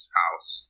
house